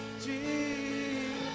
Jesus